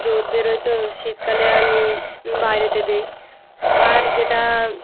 রোদ বেরোয় তো শীতকালে আমি বাইরেতে দিই আর যেটা